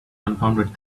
confounded